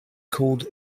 called